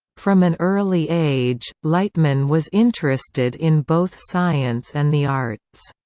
from an early age, lightman was interested in both science and the arts.